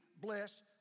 bless